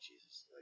Jesus